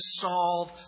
solve